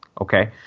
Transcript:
okay